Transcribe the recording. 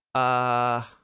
a